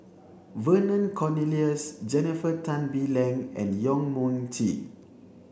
Vernon Cornelius Jennifer Tan Bee Leng and Yong Mun Chee